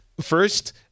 First